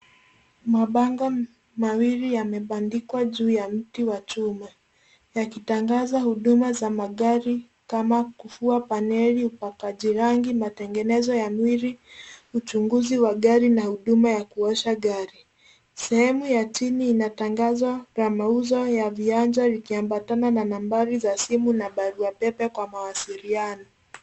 Mabango mawili yamebandikwa juu ya mti wa chuma yakitangaza huduma za magari kama kufua paneli, upakaji rangi, matengenezo ya mwili, uchunguzi wa gari na huduma ya kuosha gari. Sehemu ya chini inatangazwa la mauzo ya vianja vikiambatana na nambari za simu na barua pepe kwa mawasiliano.